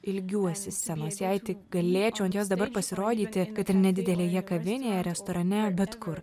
ilgiuosi scenos jei tik galėčiau ant jos dabar pasirodyti kad ir nedidelėje kavinėje restorane bet kur